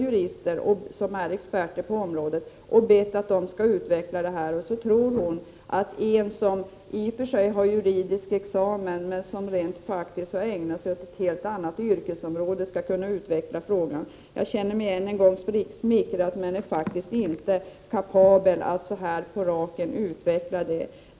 Birgitta Hambraeus tror att en som i och för sig har juridisk examen, men som rent faktiskt har ägnat sig åt ett helt annat yrke, skall kunna utveckla frågan. Jag känner mig än en gång smickrad, men är faktiskt inte kapabel att så här direkt utveckla det.